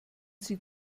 sie